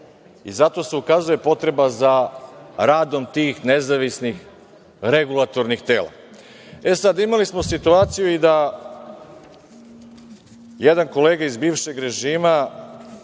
i zato se ukazuje potreba za radom tih nezavisnih regulatornih tela. Sada, imali smo situaciju da jedan kolega iz bivšeg režima